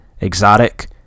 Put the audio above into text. exotic